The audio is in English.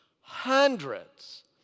hundreds